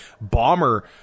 bomber